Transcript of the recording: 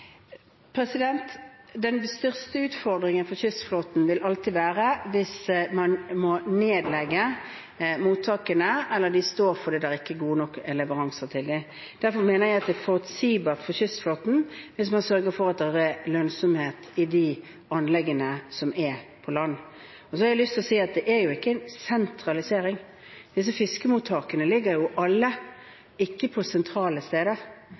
Den største utfordringen for kystflåten vil alltid være at man må legge ned mottakene, eller at de står fordi det ikke er gode nok leveranser til dem. Derfor mener jeg at det er forutsigbart for kystflåten at man sørger for at det er lønnsomhet i de anleggene som er på land. Så har jeg lyst til å si at det er ikke en sentralisering. Disse fiskemottakene ligger ikke alle på sentrale